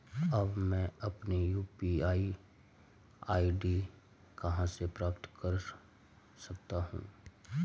अब मैं अपनी यू.पी.आई आई.डी कहां से प्राप्त कर सकता हूं?